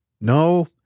No